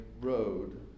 road